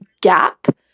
gap